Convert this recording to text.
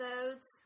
episodes